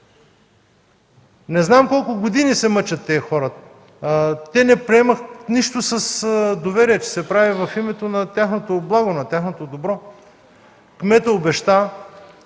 Не знам колко години се мъчат тези хора. Те не приемат нищо с доверие, че се прави в името на тяхното благо, на тяхното добро. Кметът обеща,